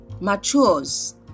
matures